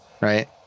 Right